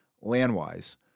land-wise